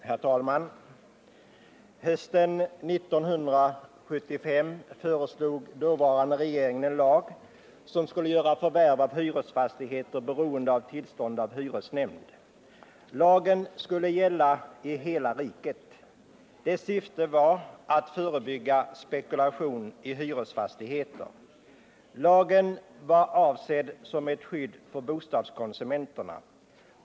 Herr talman! Hösten 1975 föreslog dåvarande regeringen en lag som skulle göra förvärv av hyresfastigheter beroende av tillstånd av hyresnämnd. Lagen skulle gälla i hela riket. Dess syfte var att förebygga spekulation i hyresfastigheter. Lagen var avsedd som ett skydd för bostadskonsumenterna.